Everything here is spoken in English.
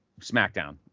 SmackDown